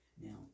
Now